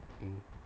mm